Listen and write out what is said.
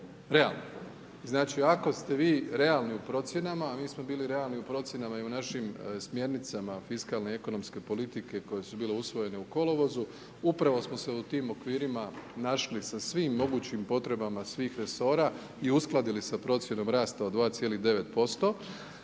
realno. Znači ako ste vi realni u procjenama a mi smo bili realni u procjenama i u našim smjernicama fiskalne i ekonomske politike koje su bile usvojene u kolovozu, upravo smo se u tim okvirima našli sa svim mogućim potrebama svih resora i uskladili sa procjenom rasta od 2,9%.